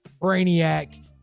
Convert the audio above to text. Brainiac